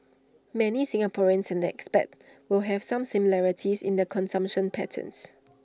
many Singaporeans and expats will have some similarities in their consumption patterns